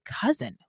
cousin